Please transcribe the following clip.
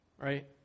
Right